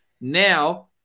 Now